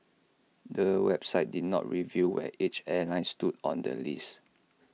the website did not reveal where each airline stood on the list